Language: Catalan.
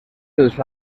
dels